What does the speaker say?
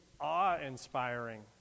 awe-inspiring